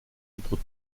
autres